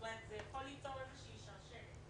זה יכול ליצור איזושהי שרשרת.